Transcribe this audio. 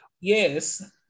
Yes